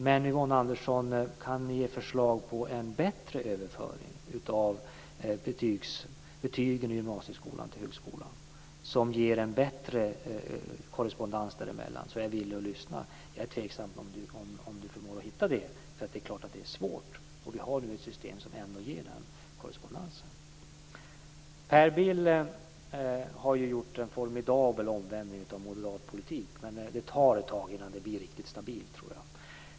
Men om Yvonne Andersson kan ge förslag på en bättre överföring av betygen i gymnasieskolan till högskolan som ger en bättre korrespondens däremellan, så är jag villig att lyssna. Jag är tveksam om Yvonne Andersson förmår att göra det, för det är naturligtvis svårt. Vi har nu ett system som ändå ger den korrespondensen. Per Bill har gjort en formidabel omvändning av moderat politik, men det tar ett tag innan det blir riktigt stabilt, tror jag.